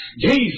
Jesus